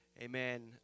Amen